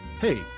hey